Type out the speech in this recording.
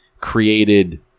created